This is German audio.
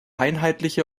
einheitliche